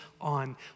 on